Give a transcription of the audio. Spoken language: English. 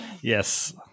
Yes